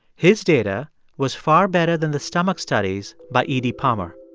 his data was far better than the stomach studies by e d. palmer